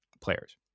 players